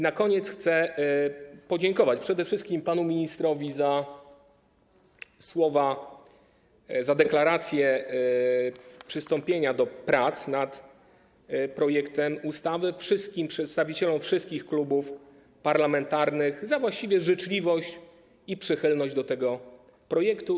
Na koniec chcę podziękować przede wszystkim panu ministrowi za słowa, za deklarację dotyczącą przystąpienia do prac nad projektem ustawy, przedstawicielom wszystkich klubów parlamentarnych za życzliwość i przychylność dla tego projektu.